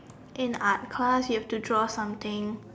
in art class you have to draw something